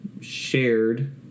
shared